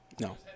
No